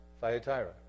Thyatira